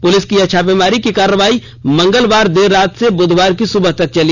police की यह छापेमारी की कार्रवाई मंगलवार देर रात से बुधवार की सुबह तक चली